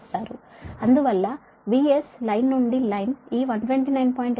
అందువల్ల VS line నుండి line ఈ 129